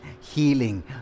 healing